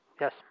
Yes